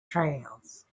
trails